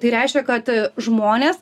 tai reiškia kad žmonės